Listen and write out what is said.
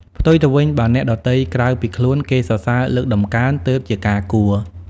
ផ្ទុយទៅវិញ បើអ្នកដទៃក្រៅពីខ្លួន គេសរសើរលើកតម្កើងទើបជាការគួរ។